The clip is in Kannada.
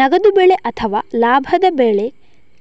ನಗದು ಬೆಳೆ ಅಥವಾ ಲಾಭದ ಬೆಳೆ